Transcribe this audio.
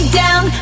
down